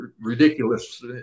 ridiculous